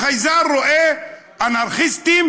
החייזר רואה אנרכיסטים.